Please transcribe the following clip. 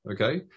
Okay